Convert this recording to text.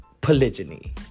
polygyny